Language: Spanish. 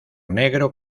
negro